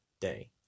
day